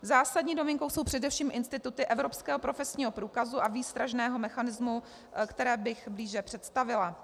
Zásadní novinkou jsou především instituty evropského profesního průkazu a výstražného mechanismu, které bych blíže představila.